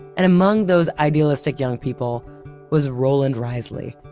and among those idealistic young people was roland reisley.